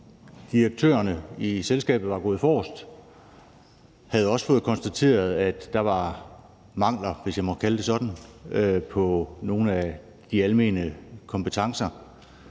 Direktørerne i selskabet var gået forrest og havde også fået konstateret, at der var mangler, hvis jeg må kalde det